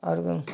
और